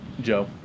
Joe